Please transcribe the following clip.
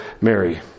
Mary